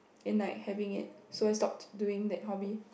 in like having it so I stopped doing that hobby